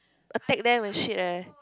attack them and shit eh